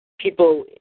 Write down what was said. People